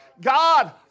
God